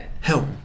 Help